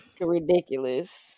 ridiculous